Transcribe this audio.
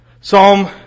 Psalm